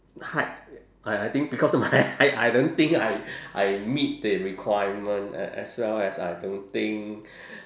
height I I think because of my height I don't think I I meet the requirement a~ as well as I don't think